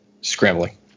scrambling